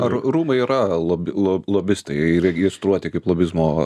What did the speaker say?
ar rūmai yra lobi lo lobistai įregistruoti kaip lobizmo